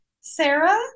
Sarah